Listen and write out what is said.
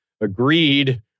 agreed